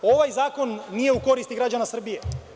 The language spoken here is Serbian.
Ovaj zakon nije u koristi građana Srbije.